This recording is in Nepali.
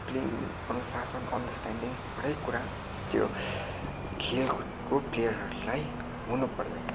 डिसिप्लिन अनुशासनको अन्डर्स्ट्यानडिङ हरेक कुरा त्यो खेलकुदको प्लेयरहरूलाई हुन पऱ्यो